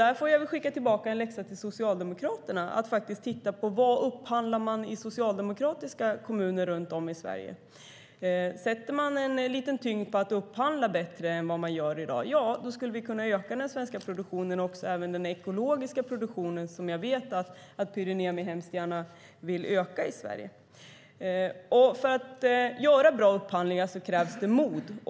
Därför vill jag skicka tillbaka en läxa till Socialdemokraterna att titta på vad man upphandlar i socialdemokratiska kommuner runt om i Sverige. Om man upphandlar bättre än vad man gör i dag skulle vi kunna öka den svenska produktionen, även den ekologiska produktionen som jag vet att Pyry Niemi hemskt gärna vill öka i Sverige. Det krävs mod för att göra bra upphandlingar.